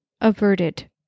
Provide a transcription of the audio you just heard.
averted